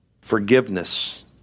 forgiveness